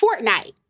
Fortnite